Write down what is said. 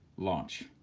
launch.